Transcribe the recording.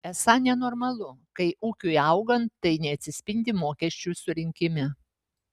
esą nenormalu kai ūkiui augant tai neatsispindi mokesčių surinkime